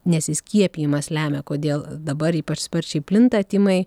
nesiskiepijamas lemia kodėl dabar ypač sparčiai plinta tymai